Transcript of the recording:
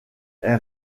elle